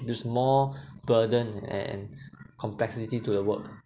there's more burden and and complexity to the work